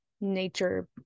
nature